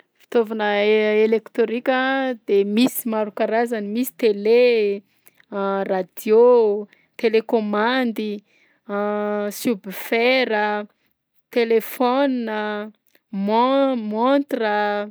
Fitaovana eletrônika de misy maro karazany: misy télé radio, télécommandy, subwoofer, telefaonina, mon- montre a.